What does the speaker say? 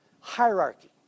hierarchy